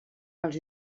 els